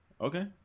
Okay